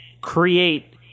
create